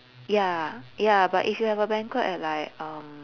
ya ya but if you have a banquet at like um